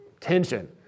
tension